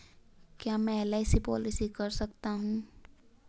क्या मैं LIC policy कर सकता हूं?